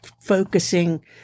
focusing